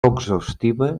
exhaustiva